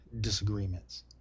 disagreements